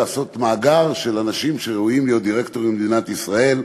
לעשות מאגר של אנשים שראויים להיות דירקטורים במדינת ישראל.